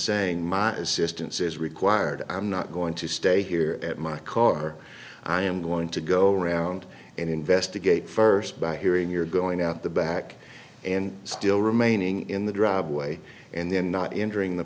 saying my assistance is required i'm not going to stay here at my car i am going to go around and investigate first by hearing you're going out the back and still remaining in the driveway and then not entering the